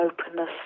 openness